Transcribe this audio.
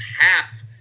half